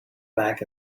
back